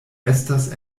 estas